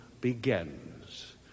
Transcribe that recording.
begins